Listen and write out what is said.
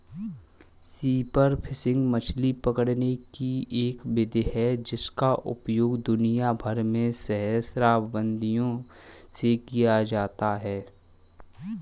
spear fishing मछली पकड़ने की एक विधि है जिसका उपयोग दुनिया भर में सहस्राब्दियों से किया जाता रहा है